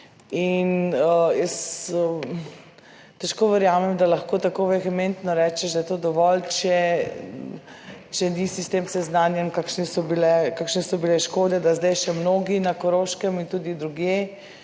In jaz težko verjamem, da lahko tako vehementno rečeš, da je to dovolj, če, če nisi s tem seznanjen, kakšne so bile, kakšne so bile škode, da zdaj še mnogi na Koroškem in tudi drugje,